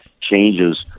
changes